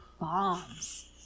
bombs